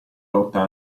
lotta